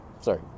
sorry